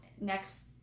next